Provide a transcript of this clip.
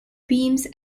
beams